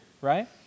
right